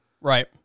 Right